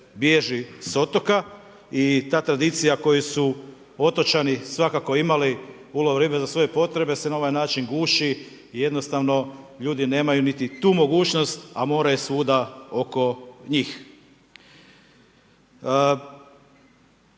bježi s otoka i ta tradicija koju su otočani svakako imali ulov ribe za svoje potrebe se na ovaj način guši i jednostavno ljudi nemaju niti tu mogućnost, a more je svuda oko njih.